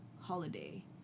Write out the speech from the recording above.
holiday